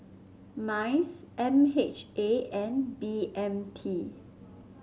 MICE M H A and B M T